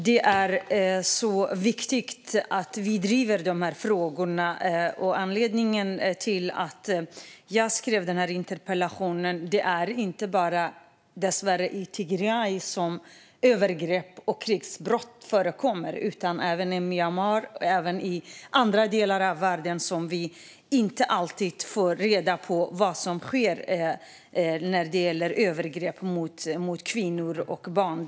Det är viktigt att vi driver de här frågorna. Anledningen till att jag skrev interpellationen är att det dessvärre inte bara är i Tigray som övergrepp och krigsbrott förekommer. Det sker även i Myanmar och i andra delar av världen. Vi får inte alltid reda på vad som sker när det gäller övergrepp på kvinnor och barn.